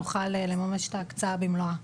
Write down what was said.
נוכל לממש את ההקצאה במלואה.